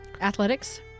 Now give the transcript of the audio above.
athletics